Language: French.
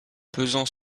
pesant